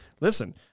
listen